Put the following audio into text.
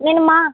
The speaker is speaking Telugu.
నేను మా